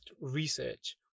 research